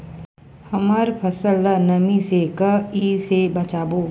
हमर फसल ल नमी से क ई से बचाबो?